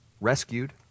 rescued